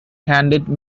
handed